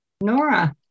Nora